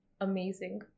amazing